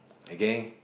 okay